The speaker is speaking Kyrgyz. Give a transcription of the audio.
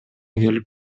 келип